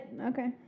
okay